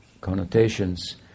connotations